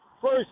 First